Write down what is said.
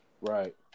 Right